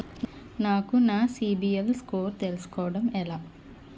నాకు నా CIBIL score తెలుసుకోవడం ఎలా?